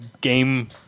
game